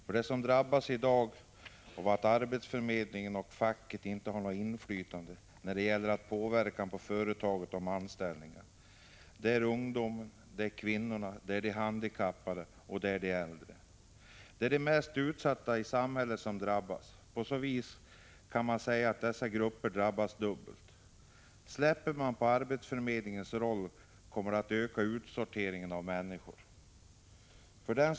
De som i dag drabbas av att arbetsförmedlingen och facket inte har något inflytande när det gäller att påverka företagens anställningar är ungdomen, Prot. 1985/86:158 kvinnorna, de handikappade och de äldre. Det är de mest utsatta i samhället som drabbas. Man kan säga att dessa grupper på så vis drabbas dubbelt. Släpper man efter på arbetsförmedlingens roll kommer utsorteringen av människor att öka.